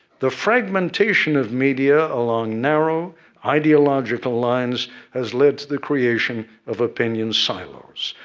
the fragmentation of media along narrow ideological lines has led to the creation of opinion silos,